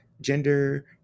gender